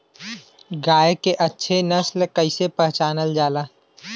गाय के अच्छी नस्ल कइसे पहचानल जाला?